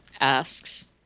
asks